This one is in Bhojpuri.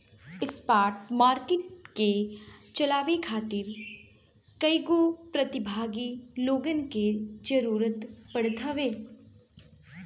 स्पॉट मार्किट के चलावे खातिर कईगो प्रतिभागी लोगन के जरूतर पड़त हवे